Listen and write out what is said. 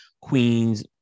Queen's